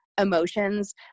emotions